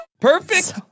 Perfect